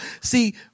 See